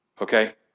Okay